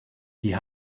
die